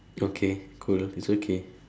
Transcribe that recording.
okay cool it's okay